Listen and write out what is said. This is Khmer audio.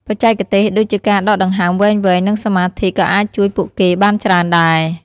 បច្ចេកទេសដូចជាការដកដង្ហើមវែងៗ និងសមាធិក៏អាចជួយពួកគេបានច្រើនដែរ។